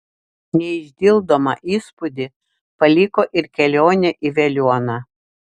neišdildomą įspūdį paliko ir kelionė į veliuoną